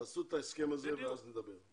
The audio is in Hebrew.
תעשו את ההסכם הזה ואז נדבר.